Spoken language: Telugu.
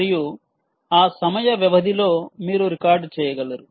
మరియు ఆ సమయ వ్యవధిలో మీరు రికార్డ్ చేయగలరు